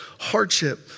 hardship